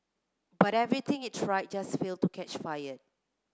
but everything it tried just failed to catch fire